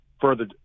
further